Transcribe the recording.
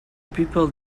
people